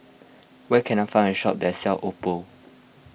where can I find a shop that sells Oppo